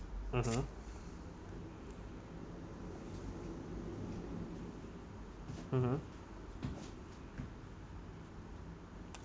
mmhmm mmhmm